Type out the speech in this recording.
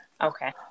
Okay